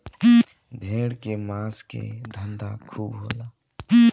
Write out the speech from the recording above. भेड़ के मांस के धंधा खूब होला